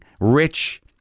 rich